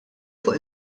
fuq